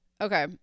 Okay